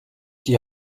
die